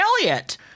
elliot